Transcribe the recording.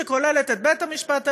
שכוללת את בית-המשפט העליון,